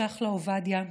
צ'חלה עובדיה,